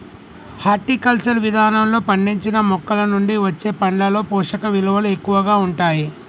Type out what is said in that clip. horticulture విధానంలో పండించిన మొక్కలనుండి వచ్చే పండ్లలో పోషకవిలువలు ఎక్కువగా ఉంటాయి